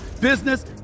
business